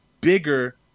bigger